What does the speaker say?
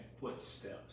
footsteps